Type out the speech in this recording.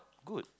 good